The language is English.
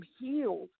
healed